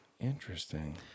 Interesting